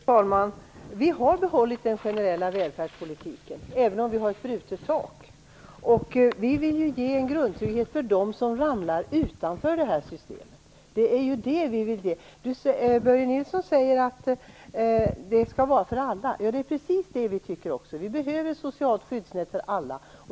Fru talman! Vi har behållit den generella välfärdspolitiken, även om vi har ett brutet tak. Vi vill ha en grundtrygghet för dem som ramlar utanför systemet. Börje Nilsson säger att detta skall vara för alla, och det är precis det vi också tycker. Vi behöver ett socialt skyddsnät för alla.